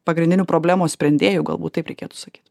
pagrindinių problemų sprendėjų galbūt taip reikėtų sakyt